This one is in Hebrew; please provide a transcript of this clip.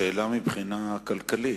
השאלה היא מבחינה כלכלית.